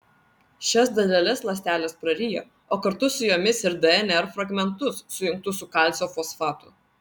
šias daleles ląstelės praryja o kartu su jomis ir dnr fragmentus sujungtus su kalcio fosfatu